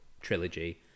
trilogy